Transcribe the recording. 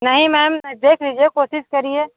नहीं मैम देख लीजिए कोशिश करिए